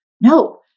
No